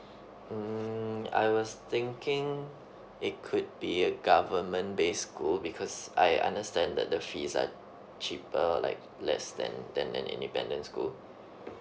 mm I was thinking it could be a government based school because I understand that the fees are cheaper like less than than any independent school